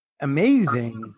amazing